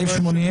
סעיף 80,